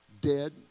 dead